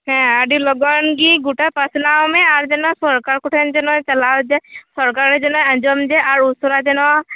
ᱦᱮᱸ ᱟᱹᱰᱤ ᱞᱚᱜᱚᱱᱜᱮ ᱜᱚᱴᱟ ᱯᱟᱥᱱᱟᱣᱢᱮ ᱟᱨ ᱡᱮᱱᱚ ᱥᱚᱨᱠᱟᱨ ᱠᱚᱴᱷᱮᱱ ᱡᱮᱱᱚ ᱪᱟᱞᱟᱣ ᱡᱮ ᱥᱚᱨᱠᱟᱨ ᱡᱮᱱᱚ ᱟᱸᱡᱚᱢ ᱡᱮ ᱟᱨ ᱩᱥᱟᱹᱨᱟ ᱡᱮᱱᱚ